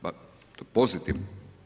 Pa to je pozitivno.